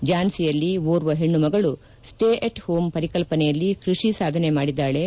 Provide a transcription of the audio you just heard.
ಝಾನ್ಸಿಯಲ್ಲಿ ಓರ್ವ ಹೆಣ್ಣು ಮಗಳು ಸ್ಸೇ ಅಟ್ ಹೋಂ ಪರಿಕಲ್ಸನೆಯಲ್ಲಿ ಕ್ಪಡಿ ಸಾಧನೆ ಮಾಡಿದ್ಲಾಳೆ